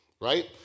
right